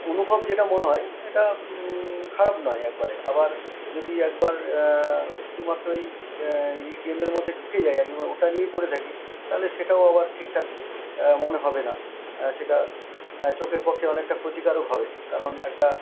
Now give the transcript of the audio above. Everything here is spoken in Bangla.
অনুভব যেটা মনে হয় এটা খারাপ নয় একবারে আবার যদি একবার শুধুমাত্রই এই গেমের মধ্যে ঢুকে যাই ওটা নিয়েই পড়ে থাকি তাহলে সেটাও আবার ঠিকঠাক মনে হবে না সেটা চোখের পক্ষে অনেকটা ক্ষতিকারক হবে কারণ একটা